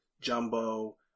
jumbo